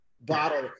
bottle